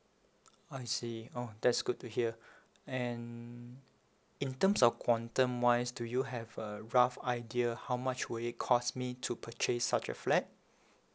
I see orh that's good to hear and in terms of quantum wise do you have a rough idea how much would it cost me to purchase such a flat